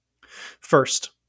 First